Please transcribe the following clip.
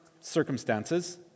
circumstances